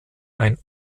ein